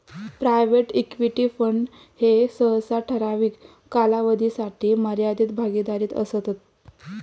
private equity fund ह्ये सहसा ठराविक कालावधीसाठी मर्यादित भागीदारीत असतत